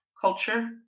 culture